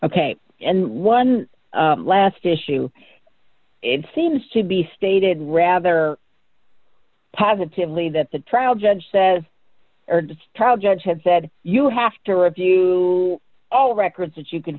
ok and one last issue it seems to be stated rather positively that the trial judge says trial judge had said you have to review all records that you can